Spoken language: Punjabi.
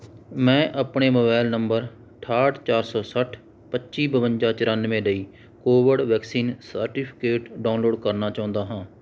ਮੈਂ ਆਪਣੇ ਮੋਬਾਈਲ ਨੰਬਰ ਅਠਾਹਠ ਚਾਰ ਸੌ ਸੱਠ ਪੱਚੀ ਬਵੰਜਾ ਚੁਰਾਨਵੇਂ ਲਈ ਕੋਵਿਡ ਵੈਕਸੀਨ ਸਰਟੀਫਿਕੇਟ ਡਾਊਨਲੋਡ ਕਰਨਾ ਚਾਹੁੰਦਾ ਹਾਂ